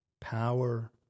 Power